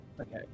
Okay